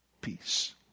peace